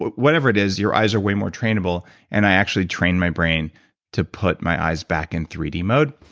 whatever it is, your eyes are way more trainable and i actually train my brain to put my eyes back in three d mode.